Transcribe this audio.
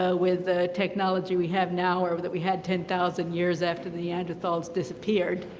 ah with the technology we have now or that we had ten thousand years after neanderthals disappeared.